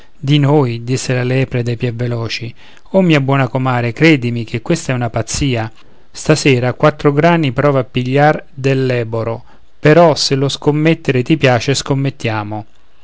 di noi disse la lepre dai piè veloci o mia buona comare credimi che questa è una pazzia stasera quattro grani prova a pigliar d'elleboro però se lo scommettere ti piace scommettiamo